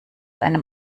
einen